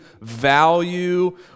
value